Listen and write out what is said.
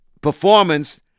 performance